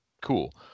cool